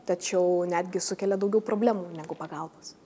tačiau netgi sukelia daugiau problemų negu pagalbos